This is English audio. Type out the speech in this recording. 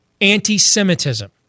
anti-Semitism